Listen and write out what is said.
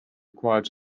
required